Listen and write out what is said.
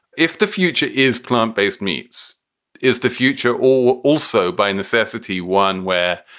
if the future is clomp based, meats is the future or also by necessity, one where,